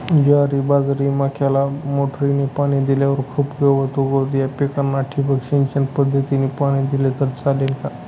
ज्वारी, बाजरी, मक्याला मोटरीने पाणी दिल्यावर खूप गवत उगवते, या पिकांना ठिबक सिंचन पद्धतीने पाणी दिले तर चालेल का?